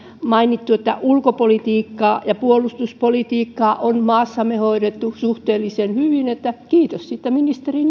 mainittu että ulkopolitiikkaa ja puolustuspolitiikkaa on maassamme hoidettu suhteellisen hyvin että kiitos siitä ministeri